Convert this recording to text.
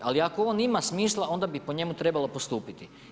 Ali ako on ima smisla, onda bi po njemu trebalo postupiti.